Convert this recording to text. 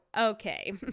okay